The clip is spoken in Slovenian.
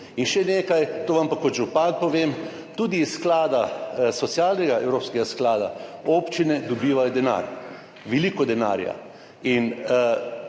In še nekaj, to vam pa kot župan povem, tudi iz Evropskega socialnega sklada občine dobivajo denar, veliko denarja. Mi